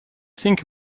think